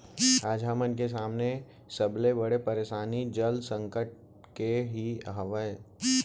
आज हमन के सामने सबले बड़े परसानी जल संकट के ही हावय